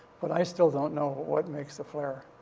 but i still don't know what makes the flare.